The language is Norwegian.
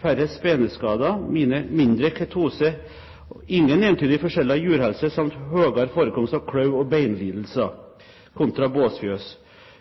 færre speneskader, mindre ketose, ingen entydige forskjeller i jurhelse samt høyere forekomst av klauv- og beinlidelser kontra båsfjøs.